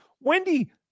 Wendy